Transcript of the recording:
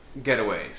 getaways